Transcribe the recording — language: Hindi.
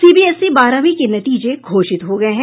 सीबीएसई बारहवीं के नतीजे घोषित हो गये हैं